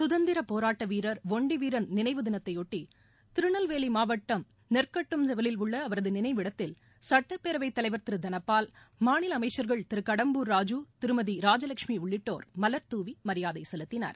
சுதந்திரப்போராட்ட வீரர் ஒண்டிவீரன் நினைவு தினத்தையொட்டி திருநெல்வேலி மாவட்டம் நெற்கட்டும்செவலில் உள்ள அவரது நினைவிடத்தில் சுட்டப்பேரவைத் தலைவா் திரு தனபால் மாநில அமைச்சா்கள் திரு கடம்பூர் ராஜூ திருமதி ராஜவெட்சுமி உள்ளிட்டோர் மவர்தூவி மரியாதை செலுத்தினர்